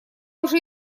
уже